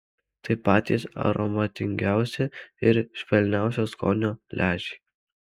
tai patys aromatingiausi ir švelniausio skonio lęšiai